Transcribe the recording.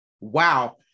wow